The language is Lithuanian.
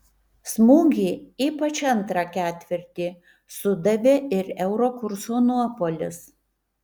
smūgį ypač antrą ketvirtį sudavė ir euro kurso nuopuolis